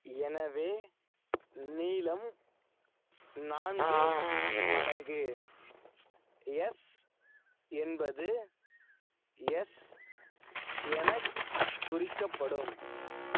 எனவே நீளம் நான்கு மடங்கு எஸ் என்பது எஸ் எனக் குறிக்கப்படும்